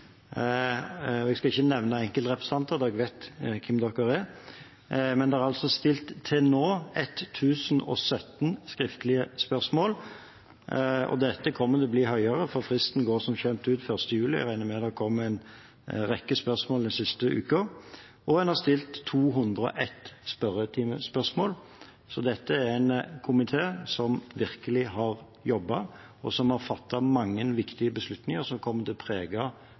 mye. Jeg skal ikke nevne enkeltrepresentanter – dere vet hvem dere er – men til nå er det altså stilt 1 017 skriftlige spørsmål, og dette tallet kommer til å bli høyere, for fristen går som kjent ut 1. juli, og jeg regner med at det kommer en rekke spørsmål den siste uken. Og det er stilt 201 spørretimespørsmål. Så dette er en komité som virkelig har jobbet, og som har fattet mange viktige beslutninger som kommer til